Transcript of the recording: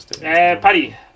Paddy